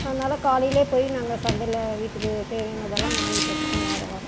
அதனால் காலைலேயே போய் நாங்கள் சந்தையில் வீட்டுக்கு தேவையானதெல்லாம் வாங்கிகிட்டு வந்துடுவோம் வாராவாரம்